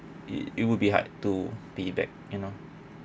it it would be hard to be back you know